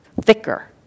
thicker